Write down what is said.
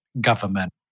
government